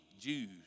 Jews